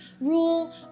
rule